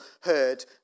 heard